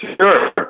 Sure